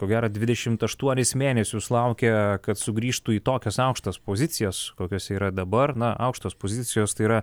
ko gero dvidešimt aštuonis mėnesius laukė kad sugrįžtų į tokias aukštas pozicijas kokiose yra dabar na aukštos pozicijos tai yra